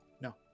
No